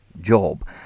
job